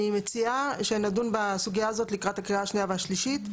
אני מציעה שנדון בסוגיה הזאת לקראת הקריאה השנייה והשלישית.